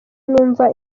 numva